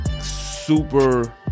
super